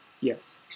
Yes